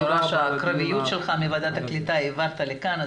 אני רואה שאת הקרביות שלך מוועדת הקליטה העברת לכאן,